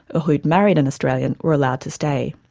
or who'd married an australian, were allowed to stay.